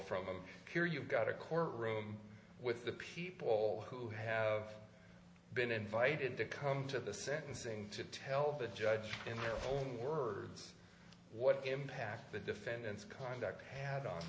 him here you've got a court room with the people who have been invited to come to the sentencing to tell the judge in their own words what impact the defendants conduct had on